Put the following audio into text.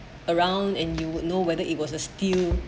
around and you wouldn't know whether it was a steal